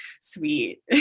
sweet